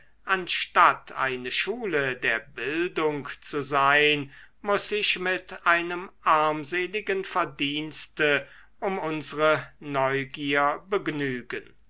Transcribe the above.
anstatt eine schule der bildung zu sein muß sich mit einem armseligen verdienste um unsre neugier begnügen